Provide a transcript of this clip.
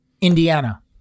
Indiana